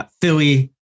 Philly